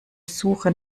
suche